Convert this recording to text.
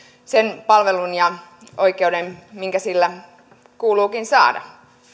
sen palvelun ja oikeuden mitkä kuuluukin saada